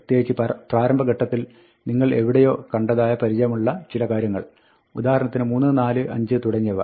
പ്രത്യേകിച്ച് പ്രാരംഭ ഘട്ടത്തിൽ നിങ്ങൾ എവിടെയോ കണ്ടതായ പരിചയമുള്ള ചില കാര്യങ്ങൾ ഉദാഹരണത്തിന് 3 4 5 തുടങ്ങിയവ